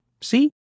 See